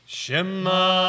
Shema